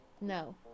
No